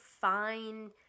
fine